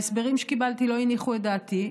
ההסברים שקיבלתי לא הניחו את דעתי,